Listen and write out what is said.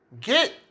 get